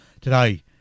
Today